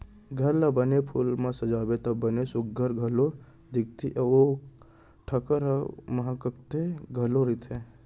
घर ला बने फूल म सजाबे त बने सुग्घर घलौ दिखथे अउ ओ ठहर ह माहकत घलौ रथे